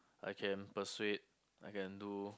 I can persuade I can do